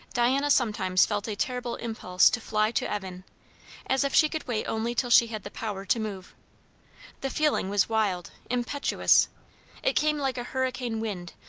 diana sometimes felt a terrible impulse to fly to evan as if she could wait only till she had the power to move the feeling was wild, impetuous it came like a hurricane wind,